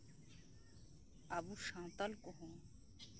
ᱟᱵᱚ ᱥᱟᱶᱛᱟᱞ ᱠᱚᱦᱚᱸ